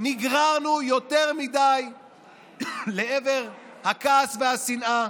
נגררנו יותר מדי לעבר הכעס והשנאה.